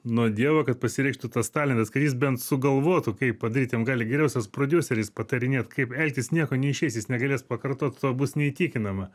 nuo dievo kad pasireikštų tas talentas kad jis bent sugalvotų kaip padaryt jam gali geriausias prodiuseris patarinėt kaip elgtis nieko neišeis jis negalės pakartot to bus neįtikinama